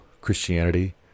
Christianity